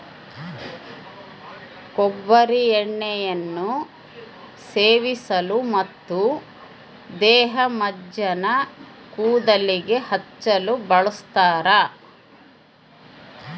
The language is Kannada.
ಕೊಬ್ಬರಿ ಎಣ್ಣೆಯನ್ನು ಸೇವಿಸಲು ಮತ್ತು ದೇಹಮಜ್ಜನ ಕೂದಲಿಗೆ ಹಚ್ಚಲು ಬಳಸ್ತಾರ